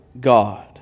God